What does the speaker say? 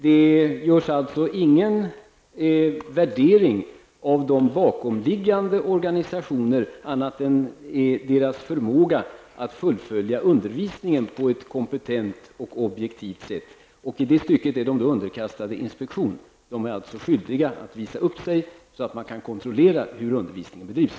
Det görs alltså inte någon värdering av de bakomliggande organisationerna, bortsett från att hänsyn tas till deras förmåga att fullfölja undervisningen på ett kompetent och objektivt sätt. I det stycket är fristående skolor underkastade inspektion. De är alltså skyldiga att visa upp sig, så att man kan kontrollera hur undervisningen bedrivs.